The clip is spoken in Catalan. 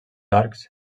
arcs